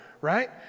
right